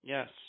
Yes